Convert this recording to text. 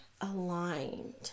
aligned